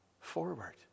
forward